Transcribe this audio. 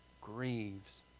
grieves